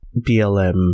BLM